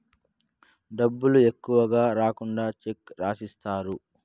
డబ్బులు ఎక్కువ ఈకుండా చెక్ రాసిత్తారు